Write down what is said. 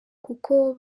kuko